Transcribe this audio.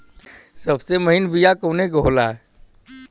सबसे महीन बिया कवने के होला?